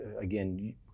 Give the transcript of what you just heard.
again